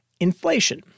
inflation